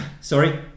Sorry